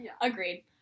Agreed